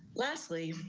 lastly,